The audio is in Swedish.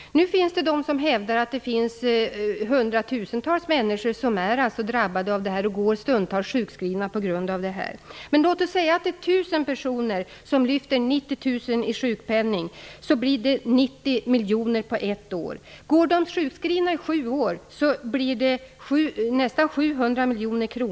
Det finns de som hävdar att hundratusentals människor är drabbade och stundtals går sjukskrivna. Låt oss säga att 1 000 personer lyfter 90 000 i sjukpenning. Det blir 90 miljoner på ett år. Går de sjukskrivna i sju år blir det nästan 700 miljoner kronor.